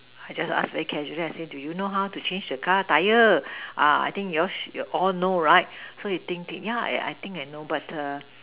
I just pay by cash do you know how should you change the car the Tyre ah I think your all you know right for you thinking yeah I think I know but